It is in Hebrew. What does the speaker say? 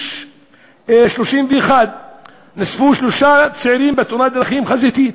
31 שלושה צעירים בתאונת דרכים חזיתית,